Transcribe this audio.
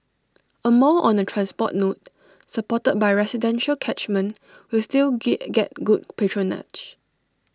A mall on A transport node supported by residential catchment will still get good patronage